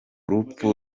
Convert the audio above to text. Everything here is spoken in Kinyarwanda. rupfu